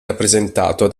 rappresentato